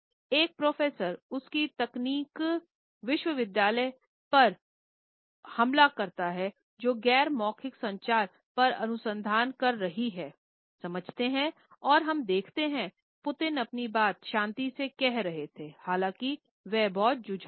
एक प्रोफेसर उसकी तकनीक विश्वविद्यालय पर हमला करता हैं जो गैर मौखिक संचार पर अनुसंधान कर रही हैं समझते हैं और हम देखते हैं पुतिन अपनी बात शांति से कह रहे था हालांकि वो बहुत जुझारू था